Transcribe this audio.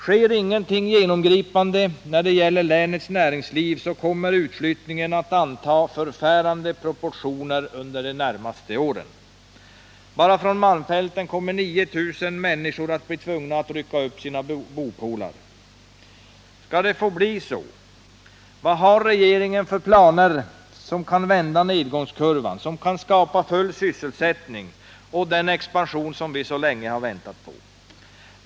Sker ingenting genomgripande när det gäller länets näringsliv kommer utflyttningen att anta förfärande proportioner under de närmaste åren. Bara från malmfälten kommer 9 000 människor att bli tvungna att rycka upp sina bopålar. Skall det få bli så? Vad har regeringen för planer som kan vända nedgångskurvan och skapa full sysselsättning och den expansion som vi så länge har väntat på?